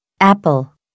Apple